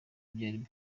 byari